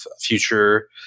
future